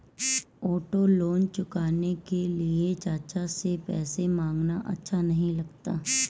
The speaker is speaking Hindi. ऑटो लोन चुकाने के लिए चाचा से पैसे मांगना अच्छा नही लगता